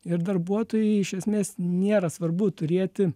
ir darbuotojui iš esmės nėra svarbu turėti